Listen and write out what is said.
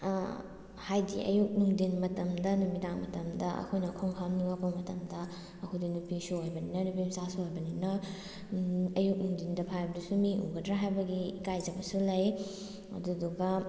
ꯍꯥꯏꯗꯤ ꯑꯌꯨꯛ ꯅꯨꯡꯊꯤꯟ ꯃꯇꯝꯗ ꯅꯨꯃꯤꯗꯥꯡ ꯃꯇꯝꯗ ꯑꯩꯈꯣꯏꯅ ꯈꯣꯡ ꯍꯥꯝꯅꯤꯡꯉꯛꯄ ꯃꯇꯝꯗ ꯑꯩꯈꯣꯏꯗꯤ ꯅꯨꯄꯤꯁꯨ ꯑꯣꯏꯕꯅꯤꯅ ꯅꯨꯄꯤ ꯃꯆꯥꯁꯨ ꯑꯣꯏꯕꯅꯤꯅ ꯑꯌꯨꯛ ꯅꯨꯡꯊꯤꯡꯗ ꯐꯥꯏꯕꯗꯨꯁꯨ ꯃꯤ ꯎꯒꯗ꯭ꯔ ꯍꯥꯏꯕꯒꯤ ꯏꯀꯥꯏꯖꯕꯁꯨ ꯂꯩ ꯑꯗꯨꯗꯨꯒ